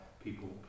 people